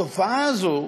התופעה הזו,